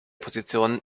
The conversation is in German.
positionen